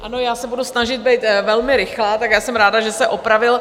Ano, já se budu snažit být velmi rychlá, já jsem ráda, že se opravil.